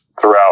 throughout